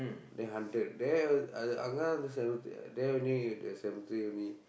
there haunted there அது அங்கே எல்லாம்:athu angkee ellaam there only the cemetery only